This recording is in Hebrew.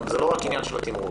זה לא רק עניין של תמרוץ.